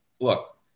Look